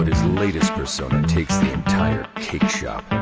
his latest persona takes the entire cake shop.